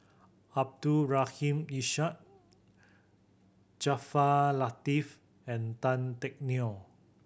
Abdul Rahim Ishak Jaafar Latiff and Tan Teck Neo